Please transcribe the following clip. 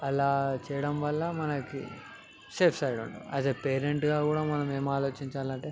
అలా చేయడం వల్ల మనకి సేఫ్సైడ్ ఉంటాం యాస్ ఏ పేరెంట్గా కూడా మనం ఏం ఆలోచించాలి అంటే